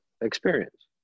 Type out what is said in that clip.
experience